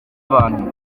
abantu